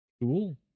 Cool